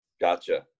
gotcha